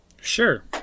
Sure